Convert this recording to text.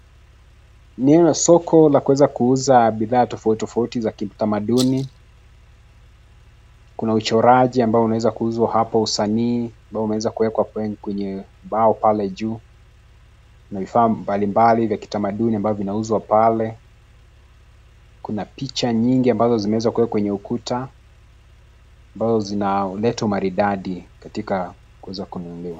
Eneo la soko la kuweza kuuza bidhaa tofauti tofauti za kutamaduni. Kuna uchoraji ambao unaeza kuuzwa hapo, usanii ambao umeweza kuwekwa kwenye bao pale juu, na vifaa mbalimbali vya kitamaduni ambavyo vinauzwa pale. Kuna picha nyingi ambazo zimeweza kuwekwa kwenye ukuta, ambazo zinaleta umaridadi katika kuweza kununuliwa.